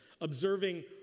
observing